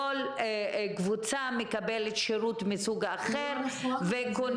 כל קבוצה מקבלת שירות מסוג אחר וכוננות.